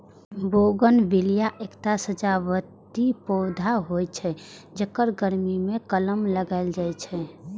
bougainvillea एकटा सजावटी पौधा होइ छै, जेकर गर्मी मे कलम लगाएल जाइ छै